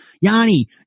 Yanni